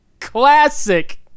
Classic